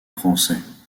français